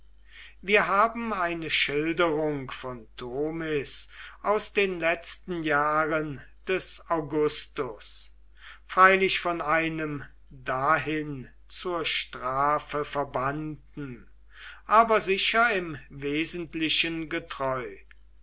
wir haben eine schilderung von tomis aus den letzten jahren des augustus freilich von einem dahin zur strafe verbannten aber sicher im wesentlichen getreu